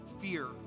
fear